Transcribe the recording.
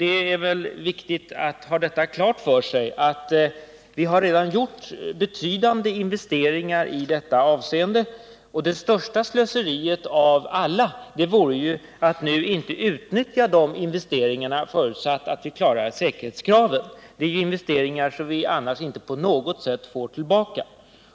Det är väl viktigt att ha klart för sig att vi redan har gjort betydande investeringar i detta avseende. Det största slöseriet av alla vore ju att nu inte utnyttja de investeringarna, förutsatt att vi klarar säkerhetskraven. Det är ju investeringar som vi annars inte på något sätt får tillbaka.